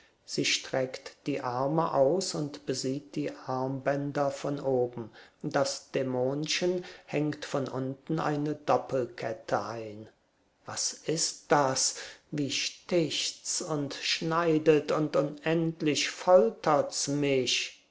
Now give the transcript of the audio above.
sie streckt die arme aus und besieht die armbänder von oben das dämonchen hängt von unten eine doppelkette ein was ist das wie sticht's und schneidet und unendlich foltert's mich